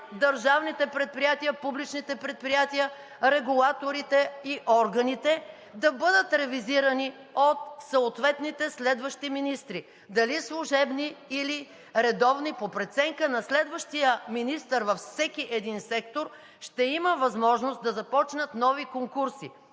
държавните предприятия (реплики от ГЕРБ), публичните предприятия, регулаторите и органите да бъдат ревизирани от съответните следващи министри – дали служебни или редовни, по преценка на следващия министър във всеки един сектор ще има възможност да започнат нови конкурси